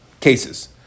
cases